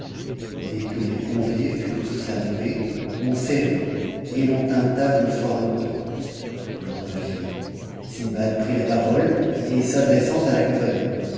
d'abord que les conviés furent tous arrivés on servit et on t table fort longtemps le repas fini sindbad prit la parole et s'adressant à la compagnie